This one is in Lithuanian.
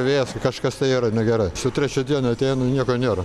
vėjas kažkas tai yra negerai su trečia diena ateinu nieko nėra